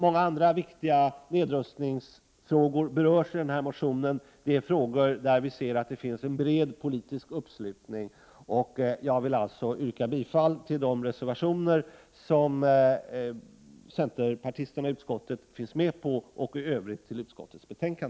Många andra viktiga nedrustningsfrågor berörs i vår partimotion, frågor med en bred politisk uppslutning. Jag yrkar bifall till de reservationer som undertecknats av centerpartisterna i utskottet och yrkar i Övrigt bifall till utskottets hemställan.